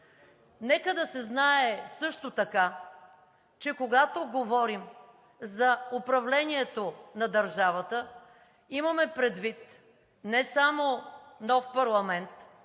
Нека да се знае също така, че, когато говорим за управлението на държавата, имаме предвид не само нов парламент,